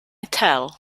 tell